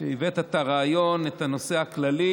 על שהבאת את הרעיון, את הנושא הכללי,